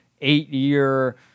eight-year